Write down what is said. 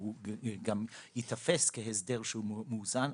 הוא גם ייתפס כהסדר מאוזן.